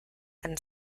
and